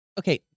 okay